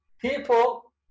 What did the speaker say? people